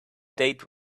date